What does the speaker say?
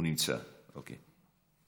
הוא נמצא, אוקיי.